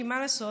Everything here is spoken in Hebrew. כי מה לעשות,